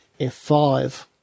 F5